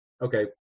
Okay